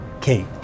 Kate